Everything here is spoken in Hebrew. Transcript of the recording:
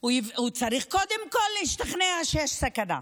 הוא צריך קודם כול להשתכנע שיש סכנה,